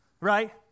right